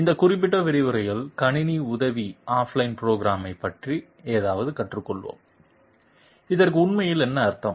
இந்த குறிப்பிட்ட விரிவுரையில் கணினி உதவி ஆஃப்லைன் புரோகிராமைப் பற்றி ஏதாவது கற்றுக்கொள்வோம் இதற்க்கு உண்மையில் என்ன அர்த்தம்